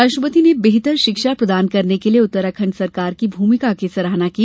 राष्ट्रपति ने बेहतर शिक्षा प्रदान करने के लिए उत्तराखंड सरकार की भूमिका की सराहना की